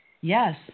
Yes